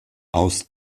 aus